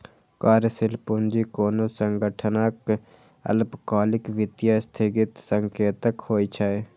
कार्यशील पूंजी कोनो संगठनक अल्पकालिक वित्तीय स्थितिक संकेतक होइ छै